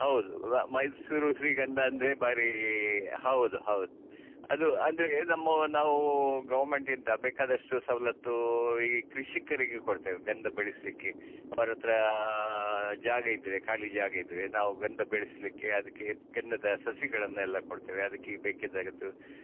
ಹೌದು ಮೈಸೂರು ಶ್ರೀಗಂಧ ಅಂದರೆ ಭಾರೀ ಹೌದು ಹೌದು ಅದು ಅಂದರೆ ನಮ್ಮವ ನಾವು ಗೌವ್ಮೆಂಟಿಂದ ಬೇಕಾದಷ್ಟು ಸೌಲತ್ತು ಈ ಕೃಷಿಕರಿಗೆ ಕೊಡ್ತೇವೆ ಗಂಧ ಬೆಳೆಸ್ಲಿಕ್ಕೆ ಅವ್ರ ಹತ್ರ ಜಾಗ ಇದ್ರೆ ಖಾಲಿ ಜಾಗ ಇದ್ರೆ ನಾವು ಗಂಧ ಬೆಳೆಸ್ಲಿಕ್ಕೆ ಅದಕ್ಕೆ ಗಂಧದ ಸಸಿಗಳನ್ನೆಲ್ಲ ಕೊಡ್ತೇವೆ ಅದಕ್ಕೆ ಈ ಬೇಕಿದ್ದಾಗ ಅದು